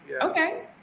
Okay